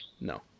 No